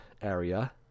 area